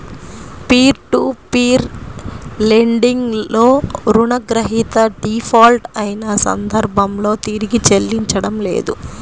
peer to peer lending లో రుణగ్రహీత default అయిన సందర్భంలో తిరిగి చెల్లించడం లేదు